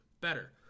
better